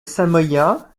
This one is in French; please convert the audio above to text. samoyas